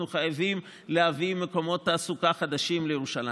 אנחנו חייבים להביא מקומות תעסוקה חדשים לירושלים,